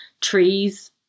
trees